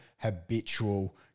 habitual